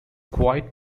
quite